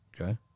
Okay